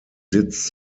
sitz